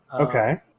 Okay